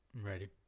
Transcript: Ready